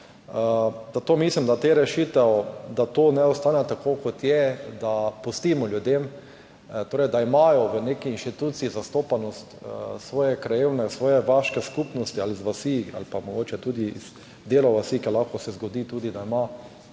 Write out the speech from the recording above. Zato mislim, da naj to ostane tako, kot je, da pustimo ljudem, da imajo v neki instituciji zastopanost svoje krajevne, svoje vaške skupnosti, ali iz vasi ali pa mogoče tudi iz dela vasi, ker se lahko zgodi tudi, da